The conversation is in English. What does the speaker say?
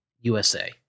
USA